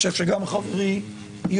ואני חושב שגם חברי יואב,